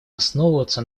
основываться